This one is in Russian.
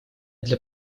для